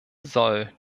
soll